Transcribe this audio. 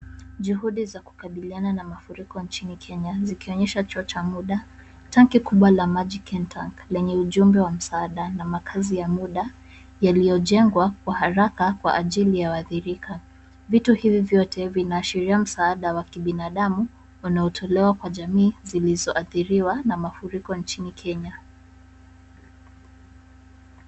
Juhudi za kukabiliana na mafuriko nchini Kenya, zikionyesha chuo cha muda. Tanki kubwa la maji Kentank, lenye ujumbe wa msaada, na makazi ya muda yaliyojengwa kwa haraka kwa ajili ya waathirika. Vitu hivyo vyote, vinaashiria msaada wa kibinadamu wanaotolewa kwa jamii zilizoathiriwa na mafuriko nchini Kenya.